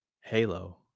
Halo